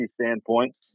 standpoint